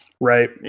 Right